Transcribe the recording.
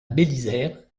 bélisaire